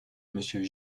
monsieur